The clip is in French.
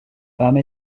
femme